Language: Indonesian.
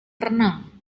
renang